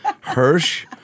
Hirsch